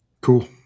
Cool